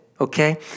okay